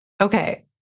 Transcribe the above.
Okay